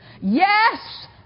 Yes